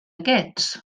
aquests